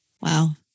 Wow